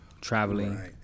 traveling